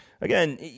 Again